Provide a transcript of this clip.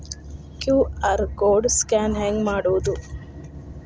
QR code scan ಹೆಂಗ್ ಮಾಡೋದು?